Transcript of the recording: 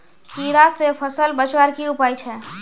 कीड़ा से फसल बचवार की उपाय छे?